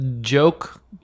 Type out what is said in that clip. joke